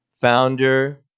founder